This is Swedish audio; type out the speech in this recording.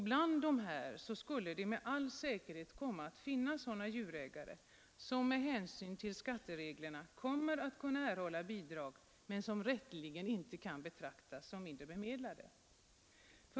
Bland dessa skulle med all säkerhet komma att finnas sådana djurägare som med hänsyn till skattereglerna kan erhålla bidrag men som rätteligen inte kan betraktas som mindre bemedlade.